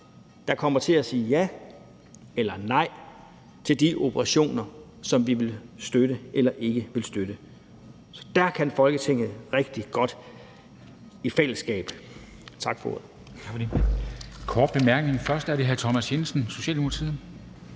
der kommer til at sige ja eller nej til de operationer, som vi vil støtte eller ikke vil støtte. Så dér kan Folketinget rigtig godt i fællesskab. Tak for ordet. Kl. 15:34 Formanden : Tak for det.